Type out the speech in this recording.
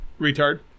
Retard